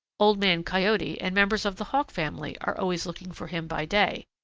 old man coyote and members of the hawk family are always looking for him by day,